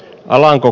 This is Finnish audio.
alanko